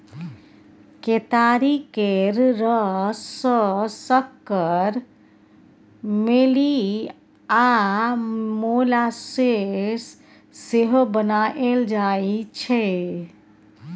केतारी केर रस सँ सक्कर, मेली आ मोलासेस सेहो बनाएल जाइ छै